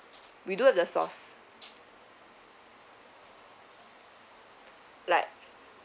we do have the sauce like